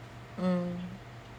mm